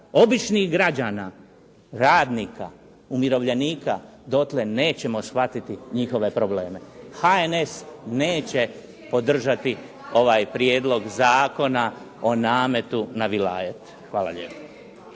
običnih građana, radnika, umirovljenika, dotle nećemo shvatiti njihove probleme. HNS neće podržati ovaj prijedlog zakona o nametu na vilajet. Hvala lijepa.